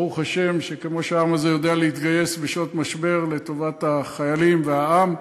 ברוך השם שכמו שהעם הזה יודע להתגייס בשעות משבר לטובת החיילים והעם,